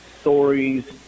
stories